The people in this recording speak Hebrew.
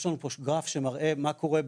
יש לנו פה גרף שמראה מה קורה,